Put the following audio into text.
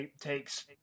takes